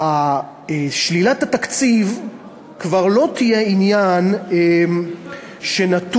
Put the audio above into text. שלילת התקציב כבר לא תהיה עניין שנתון